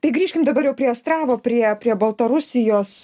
tai grįžkim dabar jau prie astravo prie prie baltarusijos